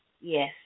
Yes